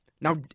Now